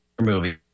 movie